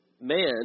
man